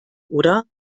oder